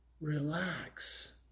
relax